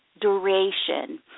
duration